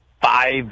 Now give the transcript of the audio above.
five